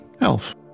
Elf